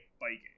biking